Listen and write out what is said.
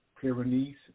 Pyrenees